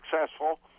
successful